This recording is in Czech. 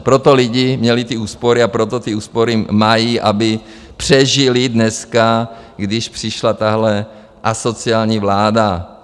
Proto lidi měli ty úspory a proto ty úspory mají, aby přežili dneska, když přišla tahle asociální vláda.